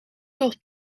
soort